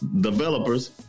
developers